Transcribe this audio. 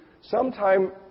sometime